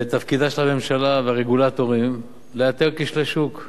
תפקידם של הממשלה ושל הרגולטורים זה לאתר כשלי שוק.